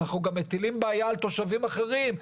אנחנו מטילים בעיה על תושבים אחרים,